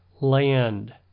land